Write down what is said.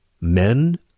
men